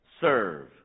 serve